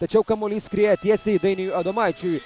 tačiau kamuolys skrieja tiesiai dainiui adomaičiui